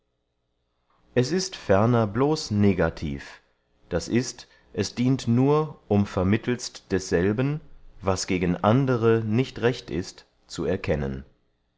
es ist ferner bloß negativ d i es dient nur um vermittelst desselben was gegen andere nicht recht ist zu erkennen